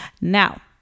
now